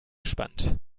gespannt